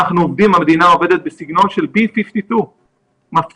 המדינה עובדת בסגנון של B-52 מפציצים,